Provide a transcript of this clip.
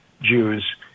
Jews